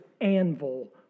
anvil